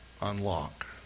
unlock